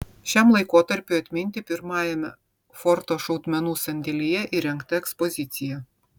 šiam laikotarpiui atminti pirmajame forto šaudmenų sandėlyje įrengta ekspozicija